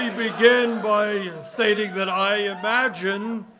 and begin by stating that i imagine,